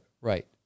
right